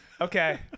Okay